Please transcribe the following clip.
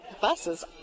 buses